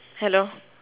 hello